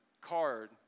card